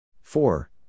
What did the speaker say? four